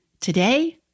Today